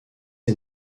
est